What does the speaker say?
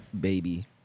baby